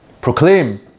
proclaim